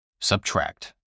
Subtract